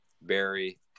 barry